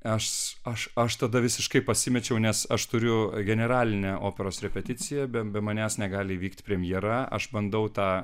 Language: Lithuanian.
aš aš aš tada visiškai pasimečiau nes aš turiu generalinę operos repeticiją be be manęs negali įvykti premjera aš bandau tą